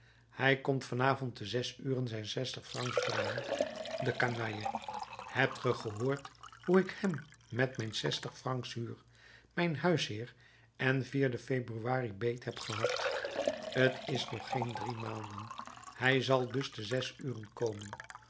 hij komt van avond te zes uren zijn zestig francs brengen de canaille hebt ge gehoord hoe ik hem met mijn zestig francs huur mijn huisheer en den februari beet heb gehad t is nog geen drie maanden hij zal dus te zes uren komen